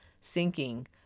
sinking